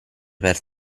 per